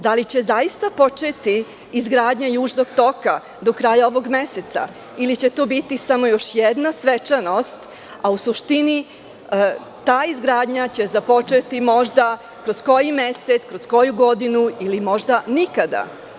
Da li će zaista početi izgradnja Južnog toka do kraja ovog meseca ili će to biti i samo još jedna svečanost, a u suštini ta izgradnja će započeti možda kroz koji mesec, kroz koju godinu ili možda nikada?